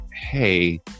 hey